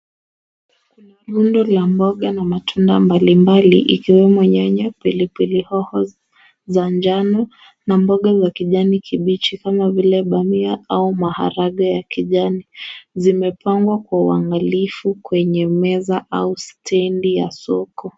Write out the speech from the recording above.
Rundo la mboga na matunda mbalimbali ikiwemo nyanya, pili pili hoho za njano na mboga za kijani kibichi kama vile bamia au maharagwe ya kijani. Zimepangwa kwa uangalifu kwenye meza au stendi ya soko.